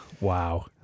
Wow